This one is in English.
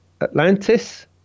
Atlantis